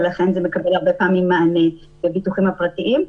ולכן זה מקבל הרבה פעמים מענה בביטוחים הפרטיים.